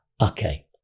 okay